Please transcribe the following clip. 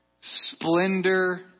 splendor